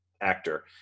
actor